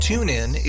TuneIn